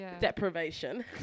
deprivation